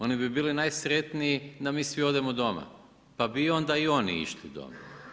Oni bi bili najsretniji da mi svi odemo doma, pa bi onda i oni išli doma.